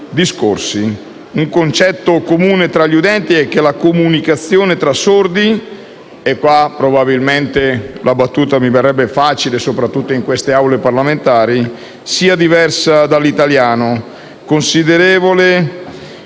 Un concetto comune tra udenti è che la comunicazione tra sordi - probabilmente la battuta mi verrebbe facile, soprattutto nelle Aule parlamentari - sia diversa da quella che avviene